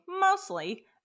mostly